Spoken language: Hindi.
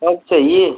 और चाहिए